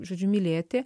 žodžiu mylėti